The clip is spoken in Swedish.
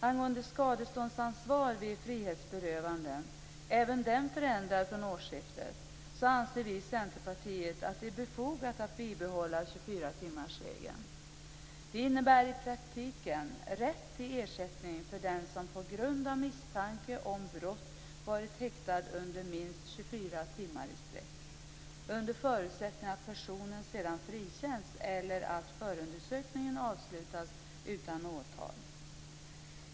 Angående skadeståndsansvar vid frihetsberövande - även detta har förändrats vid årsskiftet - anser vi i Centerpartiet att det är befogat att bibehålla 24-timmarsregeln. Det innebär i praktiken rätt till ersättning för den som på grund av misstanke om brott varit häktad under minst 24 timmar i sträck, under förutsättning att personen sedan frikänns eller att förundersökningen avslutas utan åtal.